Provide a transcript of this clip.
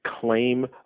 claim